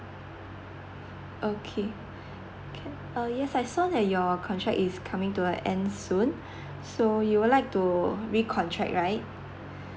okay can uh yes I saw that your contract is coming to a end soon so you would like to recontract right